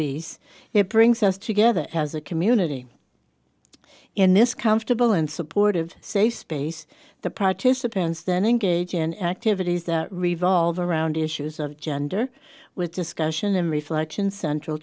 so it brings us together as a community in this comfortable and supportive safe space the participants then engage in activities that revolve around issues of gender with discussion and reflection central